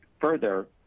Further